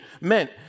meant